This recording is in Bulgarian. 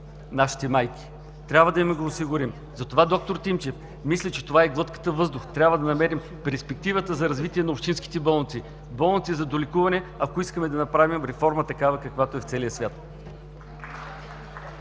нашите майки. Трябва да им го осигурим. Затова, д-р Тимчев, мисля, че това е глътката въздух. Трябва да намерим перспективата за развитие на общинските болници в болници за долекуване, ако искаме да направим такава реформа, каквато е в целия свят.